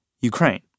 Ukraine